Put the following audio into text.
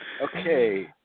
Okay